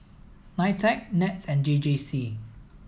NITEC NETS and J J C